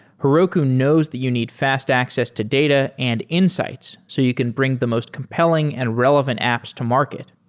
heroku knows that you need fast access to data and insights so you can bring the most compelling and relevant apps to market.